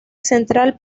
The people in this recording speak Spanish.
central